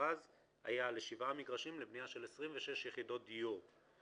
המכרז היה לשבעה מגרשים לבניה של 26 יחידות דיור,